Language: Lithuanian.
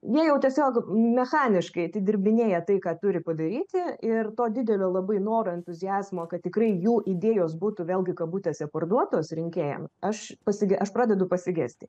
jie jau tiesiog mechaniškai atidirbinėja tai ką turi padaryti ir to didelio labai noro entuziazmo kad tikrai jų idėjos būtų vėlgi kabutėse parduotos rinkėjam aš pasige aš pradedu pasigesti